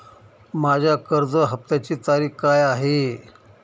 माझ्या कर्ज हफ्त्याची तारीख काय आहे?